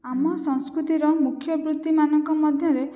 ଆମ ସଂସ୍କୃତିର ମୁଖ୍ୟ ବୃତ୍ତିମାନଙ୍କ ମଧ୍ୟରେ